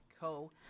Co